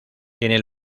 tiene